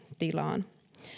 tilaan